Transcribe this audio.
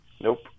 Nope